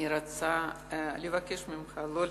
אני רוצה לבקש ממך לא לדאוג,